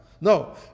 No